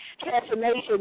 transformation